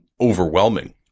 overwhelming